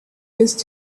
used